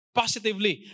positively